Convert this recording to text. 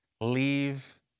leave